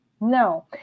No